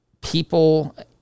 people